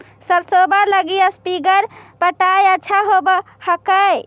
सरसोबा लगी स्प्रिंगर पटाय अच्छा होबै हकैय?